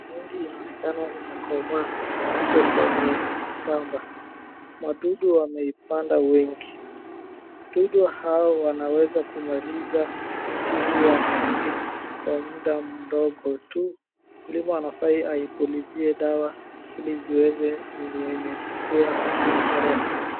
Mahindi inaonekana imekomaa, iko kwenye shamba. Madudu wameipanda wengi. Wadudu hao wanaweza kumaliza mti huu wa mahindi kwa muda mdogo tu, mkulima anafaa aipulizie dawa ili ziweze ni wenye kuwa kutoroka.